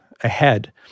ahead